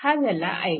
हा झाला i1